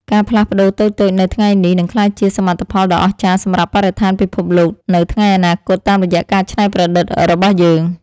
ការផ្លាស់ប្ដូរតូចៗនៅថ្ងៃនេះ នឹងក្លាយជាសមិទ្ធផលដ៏អស្ចារ្យសម្រាប់បរិស្ថានពិភពលោកនៅថ្ងៃអនាគតតាមរយៈការច្នៃប្រឌិតរបស់យើង។